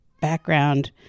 background